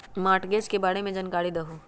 Mortgage के बारे में जानकारी देहु?